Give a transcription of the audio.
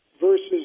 versus